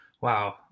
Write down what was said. wow